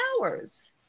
hours